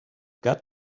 got